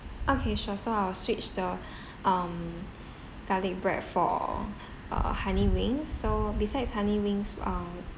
okay sure so I will switch the um garlic bread for uh honey wings so besides honey wings uh